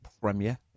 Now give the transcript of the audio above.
premiere